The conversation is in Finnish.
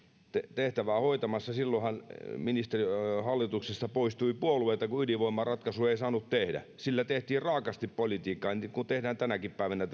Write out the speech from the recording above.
tehtävää hoitamassa silloinhan hallituksesta poistui puolueita kun ydinvoimaratkaisua ei saanut tehdä ilmastonmuutoksella tehtiin raaasti politiikkaa niin kuin tehdään tänäkin päivänä